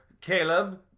Caleb